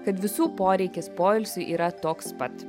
kad visų poreikis poilsiui yra toks pat